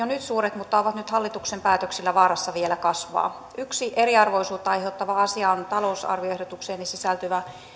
nyt suuret mutta ovat nyt hallituksen päätöksillä vaarassa vielä kasvaa yksi eriarvoisuutta aiheuttava asia on talousarvioehdotukseen sisältyvä